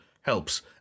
helps